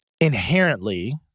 inherently